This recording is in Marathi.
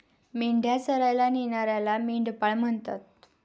मेंढ्या चरायला नेणाऱ्याला मेंढपाळ म्हणतात